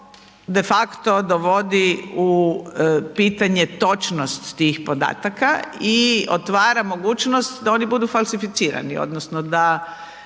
defakto dovodi u pitanje točnost tih podataka i otvara mogućnost da oni budu falsificirani odnosno da,